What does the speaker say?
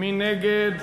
מי נגד?